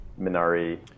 Minari